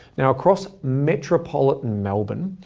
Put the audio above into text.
now across metropolitan melbourne,